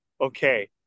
okay